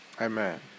Amen